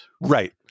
Right